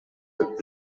деп